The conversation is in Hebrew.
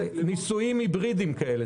ניסויים היברידיים כאלה,